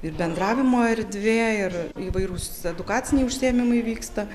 ir bendravimo erdvė ir įvairūs edukaciniai užsiėmimai vyksta